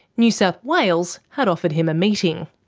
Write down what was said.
new south wales had offered him a meeting.